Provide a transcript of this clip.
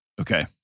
Okay